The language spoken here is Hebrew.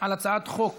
על הצעת חוק